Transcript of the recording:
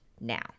now